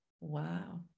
Wow